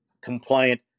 compliant